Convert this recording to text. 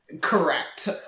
Correct